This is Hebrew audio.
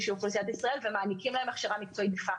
מאוד של אוכלוסיית ישראל ומעניקות לו הכשרה מקצועית דה פקטו.